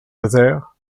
other